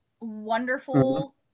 wonderful